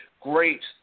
great